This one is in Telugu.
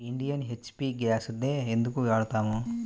ఇండియన్, హెచ్.పీ గ్యాస్లనే ఎందుకు వాడతాము?